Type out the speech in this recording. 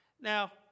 Now